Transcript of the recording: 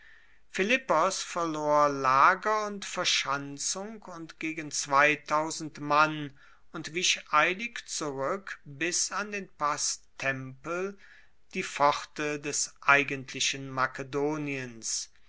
philippos verlor lager und verschanzung und gegen mann und wich eilig zurueck bis an den pass tempel die pforte des eigentlichen makedoniens